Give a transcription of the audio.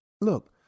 Look